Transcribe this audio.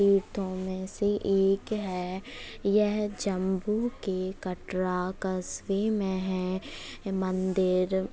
तीर्थों में से एक है यह जम्मू के कटरा कस्बे में है मंदिर